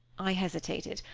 i hesitated.